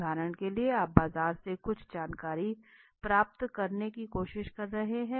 उदाहरण के लिए आप बाजार से कुछ जानकारी प्राप्त करने की कोशिश कर रहे हैं